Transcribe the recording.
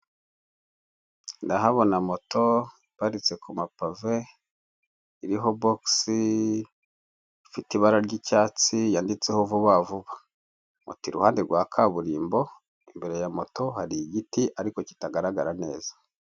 Ndahabona moto iparitse ku mapave iriho bogisi, ifite ibara ry'icyatsi yanditseho vuba vuba, moto iruhande rwa kaburimbo imbere ya moto hari igiti ariko kitagaragara neza.